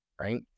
Right